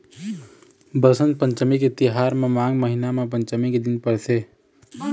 बसंत पंचमी के तिहार ह माघ महिना म पंचमी के दिन परथे